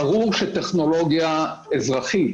ברור שטכנולוגיה אזרחית